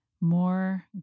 More